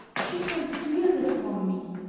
she conceals it from me!